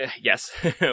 Yes